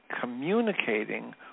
communicating